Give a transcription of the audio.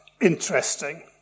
interesting